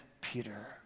Peter